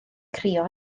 crio